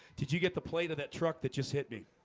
did you get the plate of that truck that just hit me